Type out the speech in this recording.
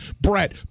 Brett